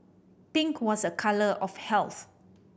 pink was a colour of health